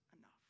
enough